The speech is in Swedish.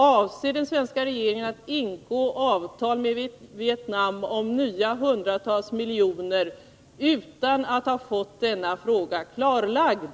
Avser den svenska regeringen att ingå avtal med Vietnam om ytterligare hundratals miljoner utan att ha fått denna fråga klarlagd?